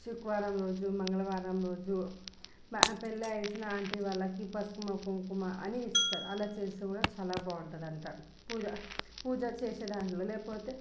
శుక్రవారం రోజు మంగళవారం రోజు పెళ్ళి అయ్యేసిన ఆంటీ వాళ్ళకి పసుపు కుంకుమ అన్నీ ఇస్తారు అలా చేసి చేస్తే కూడా చాలా బాగుంటుంది అంట పూజ పూజ చేసే దాంట్లో లేకపోతే